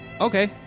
Okay